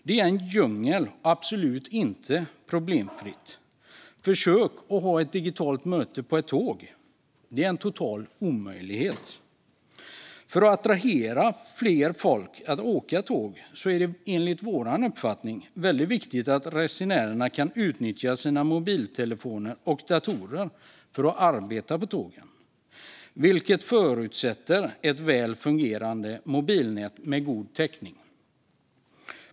Det är en djungel och absolut inte problemfritt. Försök ha ett digitalt möte på ett tåg! Det är en total omöjlighet. För att attrahera fler att åka tåg är det enligt vår uppfattning viktigt att resenärerna kan utnyttja sina mobiltelefoner och datorer för att arbeta på tågen, vilket förutsätter ett väl fungerande mobilnät med god täckning.